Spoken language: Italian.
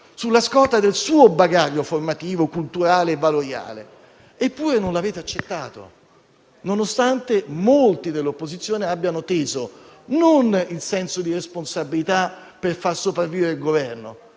sulla scorta del suo bagaglio formativo, culturale e valoriale. Eppure non lo avete accettato, nonostante molti dell'opposizione abbiano mostrato senso di responsabilità non per far sopravvivere il Governo,